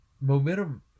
momentum